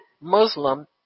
Muslim